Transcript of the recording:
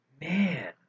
Man